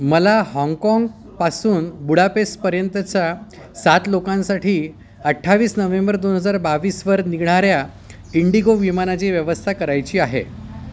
मला हाँगकाँगपासून बुडापेस्टपर्यंतचा सात लोकांसाठी अठ्ठावीस नोव्हेंबर दोन हजार बावीसवर निघणाऱ्या इंडिगो विमानाची व्यवस्था करायची आहे